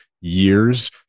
years